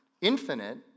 infinite